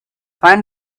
find